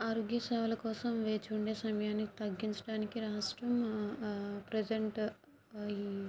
ఆరోగ్యసేవల కోసం వేచి ఉండే సమయాన్ని తగ్గించటానికి రాష్ట్రం ప్రెజెంట్ ఈ